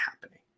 happening